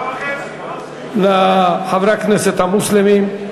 לחברי הכנסת המוסלמים,